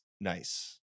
nice